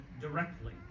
directly